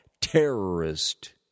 terrorist